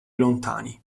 lontani